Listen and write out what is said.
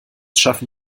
schaffen